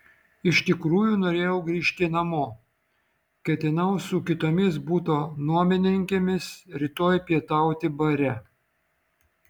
iš tikrųjų norėjau grįžti namo ketinau su kitomis buto nuomininkėmis rytoj pietauti bare